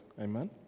Amen